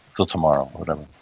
til tomorrow or whatever.